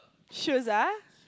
shoes ah